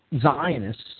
Zionists